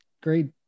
great